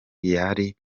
yari